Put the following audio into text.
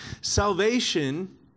salvation